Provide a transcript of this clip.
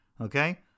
okay